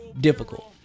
difficult